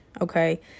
okay